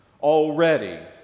Already